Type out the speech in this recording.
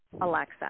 Alexa